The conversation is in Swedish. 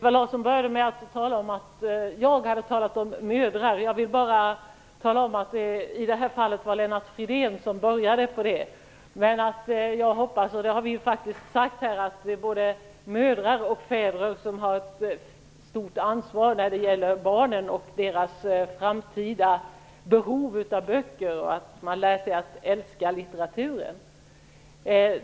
Herr talman! Ewa Larsson sade att jag hade talat om mödrar. Jag vill bara tala om att i det här fallet var det Lennart Fridén som började att göra det. Jag hoppas att både mödrar och fäder tar ett stort ansvar när det gäller barnen och deras framtida behov av böcker, så att de lär sig att älska litteraturen.